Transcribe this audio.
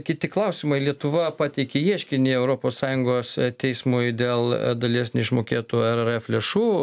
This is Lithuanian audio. kiti klausimai lietuva pateikė ieškinį europos sąjungos teismui dėl dalies neišmokėtų rrf lėšų